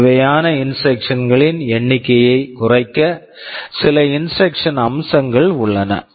தேவையான instruction instructions களின் எண்ணிக்கையைக் குறைக்க சில இன்ஸ்ட்ரக்க்ஷன் instruction அம்சங்கள் உள்ளன